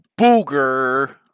booger